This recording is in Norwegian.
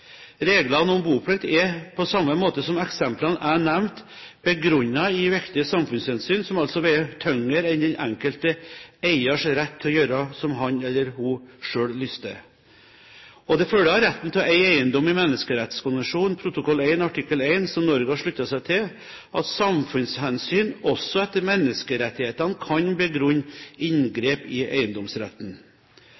Reglene om boplikt er på samme måte som eksemplene jeg har nevnt, begrunnet i viktige samfunnshensyn som altså veier tyngre enn den enkelte eiers rett til å gjøre som han eller hun selv lyster. Det følger av retten til å eie eiendom i menneskerettighetskonvensjonen, protokoll 1 artikkel 1, som Norge har sluttet seg til, at samfunnshensyn også etter menneskerettighetene kan begrunne